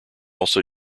also